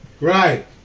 Right